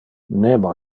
nemo